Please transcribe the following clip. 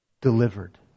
delivered